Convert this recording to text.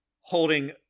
holding